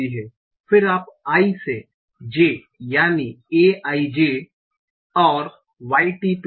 फिर आप i से j यानि aij और yt1